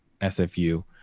SFU